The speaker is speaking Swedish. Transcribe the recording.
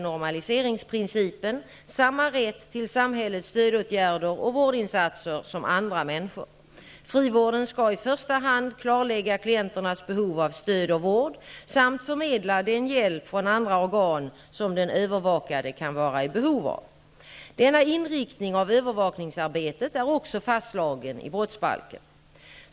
normaliseringsprincipen, samma rätt till samhällets stödåtgärder och vårdinsater som andra människor. Frivården skall i första hand klarlägga klienternas behov av stöd och vård samt förmedla den hjälp från andra organ som den övervakade kan vara i behov av. Denna inriktning av övervakningsarbetet är också fastslagen i brottsbalken.